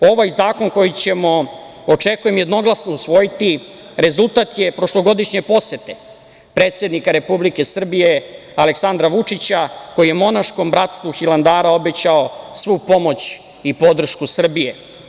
Ovaj zakon koji ćemo, očekujem, jednoglasno usvojiti, rezultat je prošlogodišnje posete predsednika Republike Srbije, Aleksandra Vučića, koji je monaškom bratstvu Hilandara obećao svu pomoć i podršku Srbije.